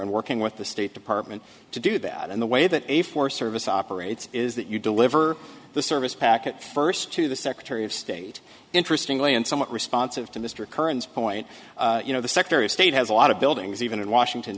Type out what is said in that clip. and working with the state department to do that in the way that a forest service operates is that you deliver the service packet first to the secretary of state interesting lee and somewhat responsive to mr kerns point you know the secretary of state has a lot of buildings even in washington